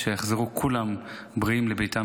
ושיחזרו כולם בריאים לביתם,